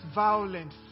violent